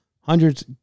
Hundreds